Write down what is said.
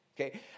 Okay